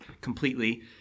completely